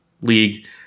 league